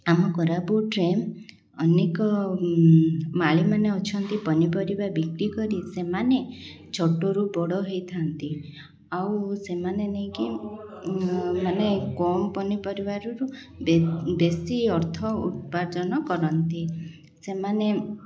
ଆମ କୋରାପୁଟରେ ଅନେକ ମାଳିମାନେ ଅଛନ୍ତି ପନିପରିବା ବିକ୍ରି କରି ସେମାନେ ଛୋଟରୁ ବଡ଼ ହେଇଥାନ୍ତି ଆଉ ସେମାନେ ନେଇକି ମାନେ କମ ପନିପରିବରୁ ବେଶୀ ଅର୍ଥ ଉପାର୍ଜନ କରନ୍ତି ସେମାନେ